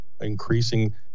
increasing